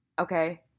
Okay